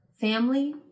family